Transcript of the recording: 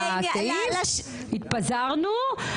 התפזרנו,